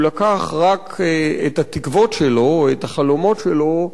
הוא לקח רק את התקוות שלו, או את החלומות שלו,